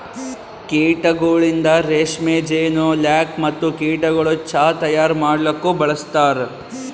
ಕೀಟಗೊಳಿಂದ್ ರೇಷ್ಮೆ, ಜೇನು, ಲ್ಯಾಕ್ ಮತ್ತ ಕೀಟಗೊಳದು ಚಾಹ್ ತೈಯಾರ್ ಮಾಡಲೂಕ್ ಬಳಸ್ತಾರ್